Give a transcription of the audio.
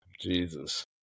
Jesus